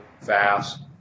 fast